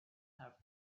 have